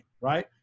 right